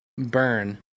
burn